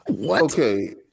Okay